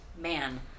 man